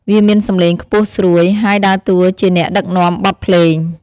វាមានសំឡេងខ្ពស់ស្រួយ ហើយដើរតួជាអ្នកដឹកនាំបទភ្លេង។